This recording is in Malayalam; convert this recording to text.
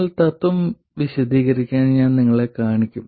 എന്നാൽ തത്ത്വം വിശദീകരിക്കാൻ ഞാൻ നിങ്ങളെ കാണിക്കും